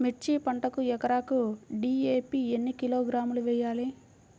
మిర్చి పంటకు ఎకరాకు డీ.ఏ.పీ ఎన్ని కిలోగ్రాములు వేయాలి?